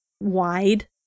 wide